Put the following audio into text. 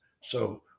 So-